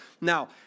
Now